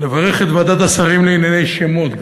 לברך את ועדת השרים לענייני שמות.